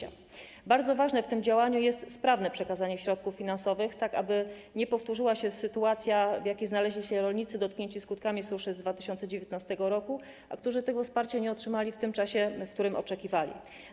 Bardzo ważne w tym działaniu jest sprawne przekazanie środków finansowych, tak aby nie powtórzyła się sytuacja, w jakiej znaleźli się rolnicy dotknięci skutkami suszy z 2019 r., którzy wsparcia nie otrzymali w czasie, w którym oczekiwali.